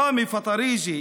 ראמי פטאירג'י,